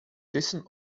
jason